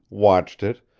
watched it,